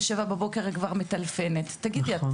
ב-7 בבוקר היא כבר התקשרה אליי.